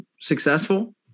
successful